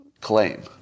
claim